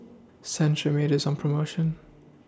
Cetrimide IS on promotion